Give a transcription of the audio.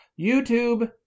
YouTube